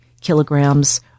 kilograms